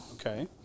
Okay